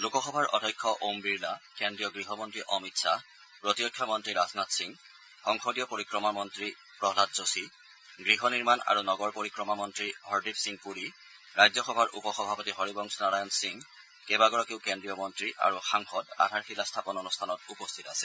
লোকসভাৰ অধ্যক্ষ ওম বিৰলা কেন্দ্ৰীয় গৃহ মন্ত্ৰী অমিত শ্বাহ প্ৰতিৰক্ষা মন্ত্ৰী ৰাজনাথ সিং সংসদীয় পৰিক্ৰমা মন্ত্ৰী প্ৰহলাদ যোশী গৃহ নিৰ্মাণ আৰু নগৰ পৰিক্ৰমা মন্ত্ৰী হৰদীপ সিং পুৰী ৰাজ্যসভাৰ উপ সভাপতি হৰিবংশ নাৰায়ণ সিং কেইবাগৰাকীও কেন্দ্ৰীয় মন্ত্ৰী আৰু সাংসদ আধাৰশিলা স্থাপন অনুষ্ঠানত উপস্থিত আছে